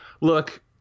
Look